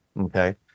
okay